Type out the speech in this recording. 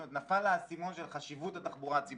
זאת אומרת נפל האסימון של חשיבות התחבורה הציבורית.